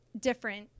different